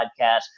podcast